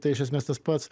tai iš esmės tas pats